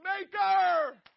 maker